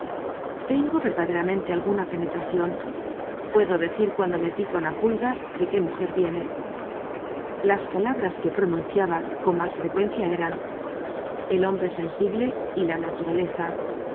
tengo verdaderamente alguna penetracion puedo decir cuando me pica una pulga de qué mujer viene las palabras que pronunciaba con mas frecuencia eran el hombre sensible y la naturaleza